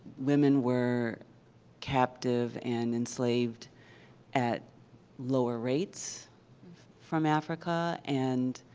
women were captive and enslaved at lower rates from africa. and